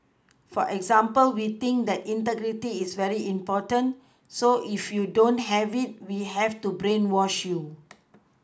for example we think that integrity is very important so if you don't have it we have to brainwash you